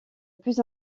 plus